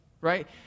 right